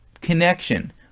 connection